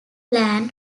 plan